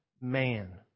man